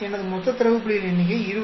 எனவே மொத்த தரவு புள்ளிகளின் எண்ணிக்கை 20